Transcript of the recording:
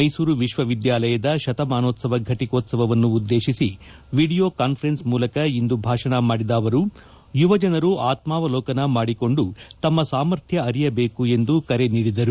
ಮೈಸೂರು ವಿಶ್ವವಿದ್ಯಾಲಯದ ಶತಮಾನೋತ್ವವ ಫಟಕೋತ್ವವನ್ನುದ್ದೇಶಿಸಿ ವಿಡಿಯೋ ಕಾನ್ವರೆನ್ಸ್ ಮೂಲಕ ಇಂದು ಭಾಷಣ ಮಾಡಿದ ಅವರು ಯುವಜನರು ಆತ್ನಾವಲೋಕನ ಮಾಡಿಕೊಂಡು ತಮ್ಮ ಸಾಮರ್ಥ್ನ ಅರಿಯಬೇಕು ಎಂದು ಕರೆ ನೀಡಿದರು